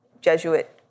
Jesuit